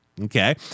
Okay